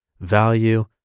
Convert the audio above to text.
value